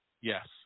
Yes